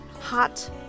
Hot